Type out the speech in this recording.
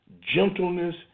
gentleness